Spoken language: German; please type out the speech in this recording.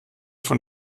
von